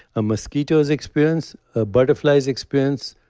a mosquito's experience, a butterfly's experience,